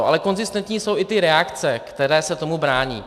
Ale konzistentní jsou i ty reakce, které se tomu brání.